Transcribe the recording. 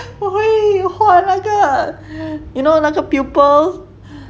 我会画那个 you know 那个 pupil